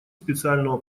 специального